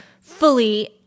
fully